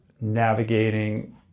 navigating